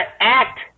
act